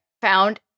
found